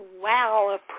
wow